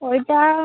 ঐটা